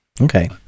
Okay